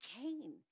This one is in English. Cain